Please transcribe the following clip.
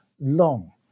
long